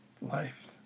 life